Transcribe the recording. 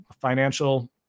financial